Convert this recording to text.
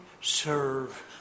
serve